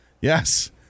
yes